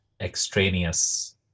extraneous